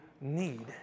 need